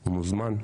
הוא מוזמן,